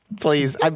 please